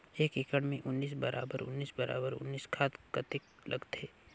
एक एकड़ मे उन्नीस बराबर उन्नीस बराबर उन्नीस खाद कतेक लगथे?